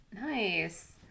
Nice